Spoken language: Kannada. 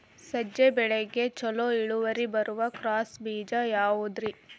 ಸಜ್ಜೆ ಬೆಳೆಗೆ ಛಲೋ ಇಳುವರಿ ಬರುವ ಕ್ರಾಸ್ ಬೇಜ ಯಾವುದ್ರಿ?